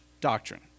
doctrine